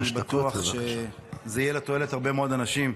אני בטוח שזה יהיה לתועלת להרבה מאוד אנשים.